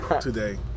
today